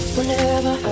Whenever